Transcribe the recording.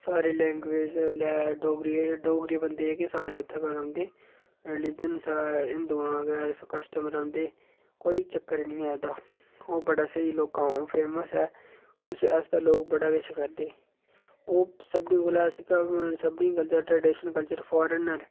सारे लैंग्वेज डोगरी डोगरी दे बंदे जेह्के सारे उत्थें गै रौहंदे रीलिजन हिंदुआं गै कस्टम रौहंदे कोई चक्कर निं एह्दा ओह् बड़ा स्हेई लोकां दा फेमस ऐ उस आस्तै लोक बड़ा किश करदे ओह् सभनीं कशा ओह् सभनीं कशा जेह्का ट्रडीशन कल्चर फॉर्नर